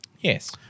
Yes